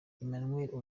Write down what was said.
emmanuel